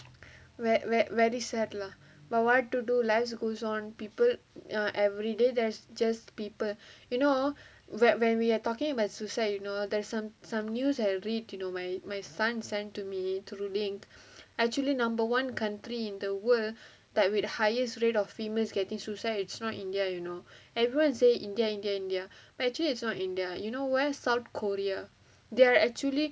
ver~ ver~ very sad lah but what to do life goes on people err everyday there's just people you know whe~ when we are talking about suicide you know there's some some news I read you know my son send to me to read actually number one country in the world that with highest rate of female getting suicide is not india you know everyone say india india india but actually it's not india you know where south korea they are actually